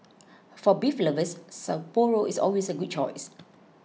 for beer lovers Sapporo is always a good choice